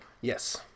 Yes